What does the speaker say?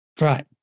Right